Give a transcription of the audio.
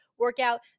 workout